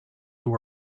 you